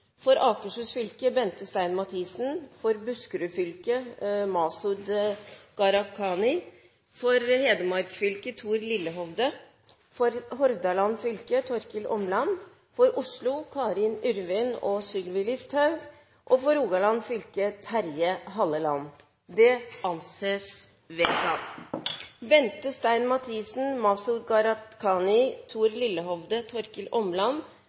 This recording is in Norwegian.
For Akershus fylke: Bente Stein MathisenFor Buskerud fylke: Masud GharahkhaniFor Hedmark fylke: Thor LillehovdeFor Hordaland fylke: Torkil ÅmlandFor Oslo: Karin Yrvin og Sylvi ListhaugFor Rogaland fylke: Terje Halleland Bente Stein Mathisen, Masud Gharahkhani,